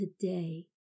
today